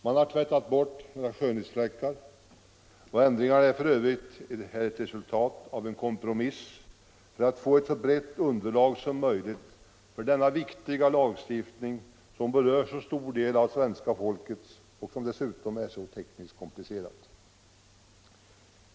Man har tvättat bort några skönhetsfläckar, och ändringarna är f. ö. ett resultat av en kompromiss för att få ett så brett underlag som möjligt för denna viktiga lagstiftning, som berör en så stor del av svenska folket och som dessutom är så tekniskt komplicerad.